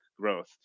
growth